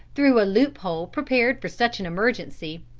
through a loop hole prepared for such an emergency,